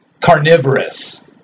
carnivorous